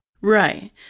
Right